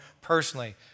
personally